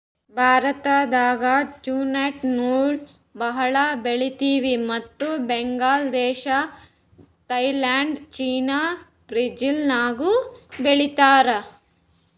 ಭಾರತ್ದಾಗ್ ಜ್ಯೂಟ್ ನೂಲ್ ಭಾಳ್ ಬೆಳಿತೀವಿ ಮತ್ತ್ ಬಾಂಗ್ಲಾದೇಶ್ ಥೈಲ್ಯಾಂಡ್ ಚೀನಾ ಬ್ರೆಜಿಲ್ದಾಗನೂ ಬೆಳೀತಾರ್